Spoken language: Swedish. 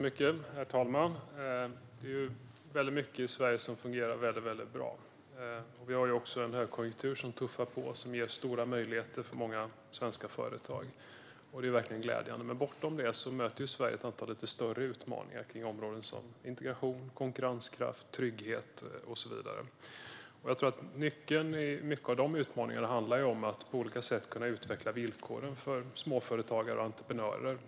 Herr talman! Det är mycket i Sverige som fungerar väldigt bra. Vi har en högkonjunktur som tuffar på och som ger många svenska företag stora möjligheter. Det är verkligen glädjande. Men bortom det möter Sverige ett antal stora utmaningar inom områden som integration, konkurrenskraft, trygghet och så vidare. Jag tror att nyckeln till många av de utmaningarna handlar om att på olika sätt utveckla villkoren för småföretagare och entreprenörer.